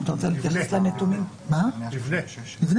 דין